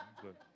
good